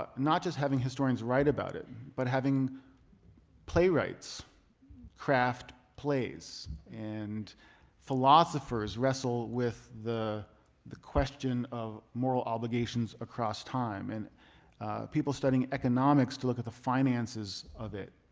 ah not just having historians write about it, but having playwright's craft plays, and philosophers wrestle with the the question of moral obligations across time, and people studying economics to look at the finances of it.